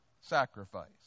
sacrifice